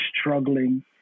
struggling